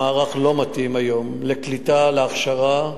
המערך לא מתאים היום לקליטה, להכשרה.